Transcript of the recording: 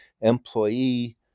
employee